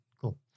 Cool